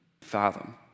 fathom